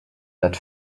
that